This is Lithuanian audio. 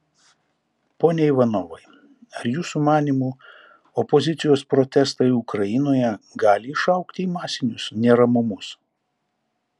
pone ivanovai ar jūsų manymu opozicijos protestai ukrainoje gali išaugti į masinius neramumus